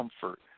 comfort